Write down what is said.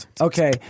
Okay